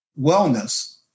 wellness